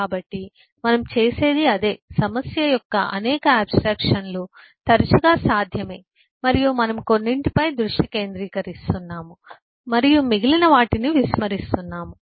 కాబట్టి మనం చేసేది అదే సమస్య యొక్క అనేక ఆబ్స్ట్రాక్షన్లు తరచుగా సాధ్యమే మరియు మనము కొన్నింటిపై దృష్టి కేంద్రీకరిస్తున్నాము మరియు మిగిలిన వాటిని విస్మరిస్తున్నాము